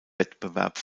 wettbewerb